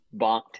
Bonked